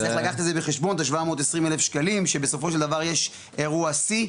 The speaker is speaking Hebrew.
אז צריך לקחת את זה בחשבון את ה-720 אלף שקלים שבסופו יש אירוע שיא.